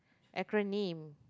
acronym